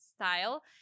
style